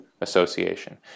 association